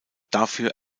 dafür